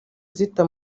zita